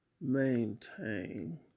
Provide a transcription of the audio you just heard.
maintain